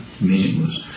meaningless